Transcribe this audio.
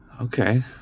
Okay